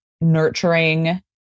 nurturing